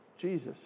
Jesus